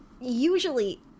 usually